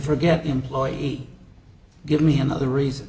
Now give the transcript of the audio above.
forget employee give me another reason